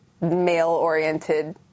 male-oriented